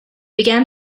began